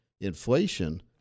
inflation